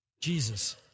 Jesus